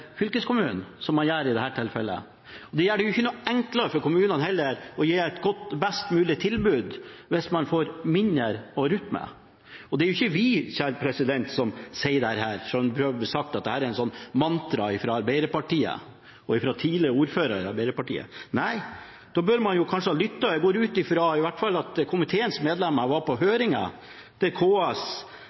fylkeskommunen, som man gjør i dette tilfellet. Det gjør det heller ikke noe enklere for kommunene å gi et best mulig tilbud hvis man får mindre å rutte med. Og det er ikke vi som sier dette – selv om det er blitt sagt at det er et mantra fra Arbeiderpartiet og fra tidligere ordførere fra Arbeiderpartiet. Nei, da burde man kanskje ha lyttet – jeg går ut fra at i hvert fall komiteens medlemmer var på høringen, hvor KS’